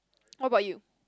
what about you